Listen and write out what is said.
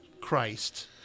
Christ